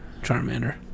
Charmander